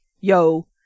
yo